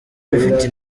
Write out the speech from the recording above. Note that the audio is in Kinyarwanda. bifite